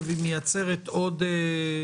היא מייצרת עוד